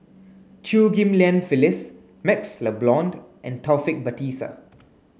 Chew Ghim Lian Phyllis MaxLe Blond and Taufik Batisah